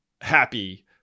happy